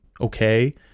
okay